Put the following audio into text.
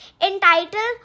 entitled